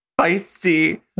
feisty